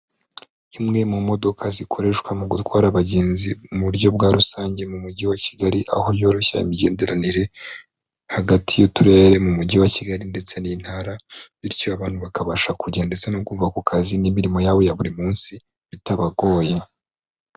Imwe mu modoka zikoreshwa mu gutwara abagenzi mu buryo bwa rusange mu mujyi wa Kigali, aho yoroshya imigenderanire hagati y'uturere n'umujyi wa Kigali ndetse n'intara, bityo abantu bakabasha kugenda ndetse no kuva ku kazi n'imirimo yabo ya buri munsi bitabagoye.